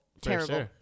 Terrible